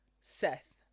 Seth